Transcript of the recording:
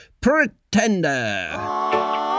Pretender